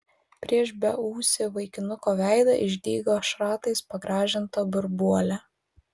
prieš beūsį vaikinuko veidą išdygo šratais pagrąžinta burbuolė